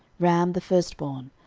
ram the firstborn,